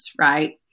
right